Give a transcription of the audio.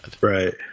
Right